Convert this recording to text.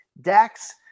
Dax